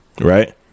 Right